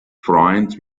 freund